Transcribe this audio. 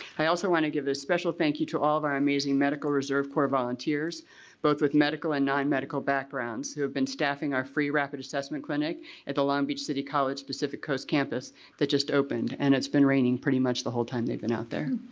i also want to give a special thank you to all of our amazing medical reserve corps volunteers both with medical and non-medical backgrounds who have been staffing our free rapid assessment clinic at the long beach city college pacific coast campus that just opened and it's been raining pretty much the whole time they've been out there.